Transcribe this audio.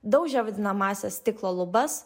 daužė vadinamąsias stiklo lubas